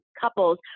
couples